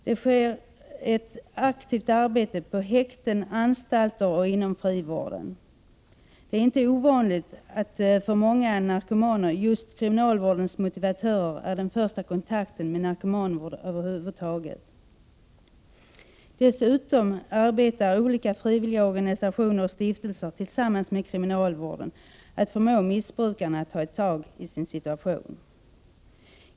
Det sker ett aktivt arbete på häkten, på anstalter och inom frivården. För många narkomaner är just kriminalvårdens motivatörer den första kontakten med narkomanvård över huvud taget. Dessutom arbetar olika frivilliga organisationer och stiftelser tillsammans med kriminalvården för att förmå missbrukarna att ta tag i sin situation.